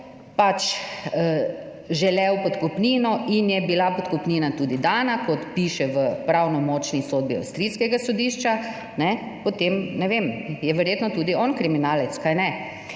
pač želel podkupnino in je bila podkupnina tudi dana, kot piše v pravnomočni sodbi avstrijskega sodišča, potem, ne vem, je verjetno tudi on kriminalec, kajne?